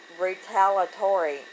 retaliatory